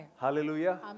Hallelujah